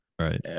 Right